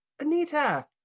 Anita